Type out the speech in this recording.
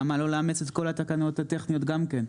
למה לא לאמץ את כל התקנות הטכניות גם כן?